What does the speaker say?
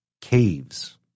Caves